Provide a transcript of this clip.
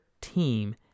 team